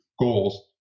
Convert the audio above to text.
goals